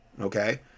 okay